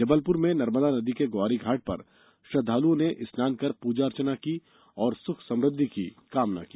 जबलपुर में नर्मदा नदी के ग्वारी घाट पर श्रद्वालुओं ने स्नान कर पूजा अर्चना की और सुख समृद्धि की कामना की